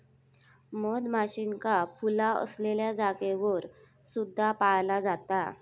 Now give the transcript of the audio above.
मधमाशींका फुला असलेल्या जागेवर सुद्धा पाळला जाता